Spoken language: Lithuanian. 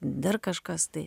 dar kažkas tai